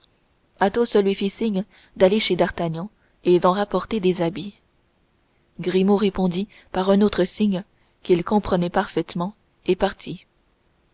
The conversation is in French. entra athos lui fit signe d'aller chez d'artagnan et d'en rapporter des habits grimaud répondit par un autre signe qu'il comprenait parfaitement et partit